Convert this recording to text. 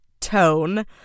tone